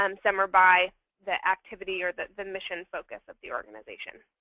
um some are by the activity or the the mission focus of the organization.